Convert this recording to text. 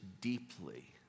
deeply